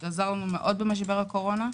זה עזר לנו מאוד במשבר הקורונה.